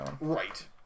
Right